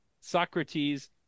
Socrates